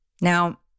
Now